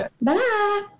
Bye